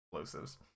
explosives